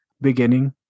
beginning